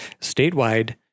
statewide